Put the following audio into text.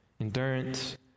Endurance